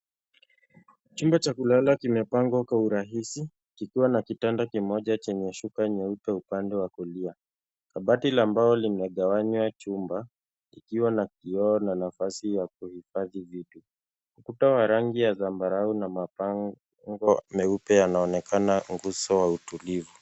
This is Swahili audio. Chumba cha kulala kimepangwa kwa urahisi kikiwa na kitanda kimoja chenye shuka nyeupe upande wa kulia. Kabati la mbao limegawanya chumba kikiwa na kioo na nafasi ya kuhifadhi vitu. Ukuta wa rangi ya zambarau na mapambo meupe yanaonekana uso wa utulivu.